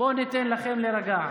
בוא ניתן לכם להירגע.